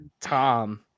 Tom